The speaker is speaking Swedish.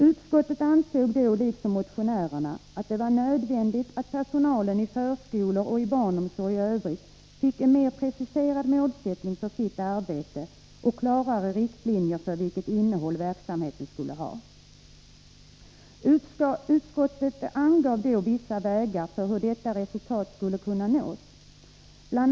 Utskottet ansåg liksom motionärerna att det var nödvändigt att personalen i förskolor och i barnomsorgen i övrigt fick en mer preciserad målsättning för sitt arbete och klarare riktlinjer för vilket innehåll verksamheten skulle ha. Utskottet angav vissa vägar för hur detta resultat skulle nås. Bl.